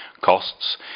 costs